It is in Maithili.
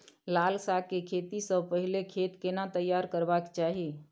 लाल साग के खेती स पहिले खेत केना तैयार करबा के चाही?